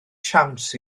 siawns